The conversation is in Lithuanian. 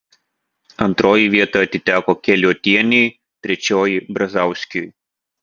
antroji vieta atiteko keliuotienei trečioji brazauskiui